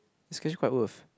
it's actually quite worth